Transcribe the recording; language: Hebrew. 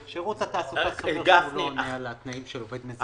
שירות התעסוקה לא עובד עונה על התנאים של עובד מזכה.